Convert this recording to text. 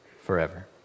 forever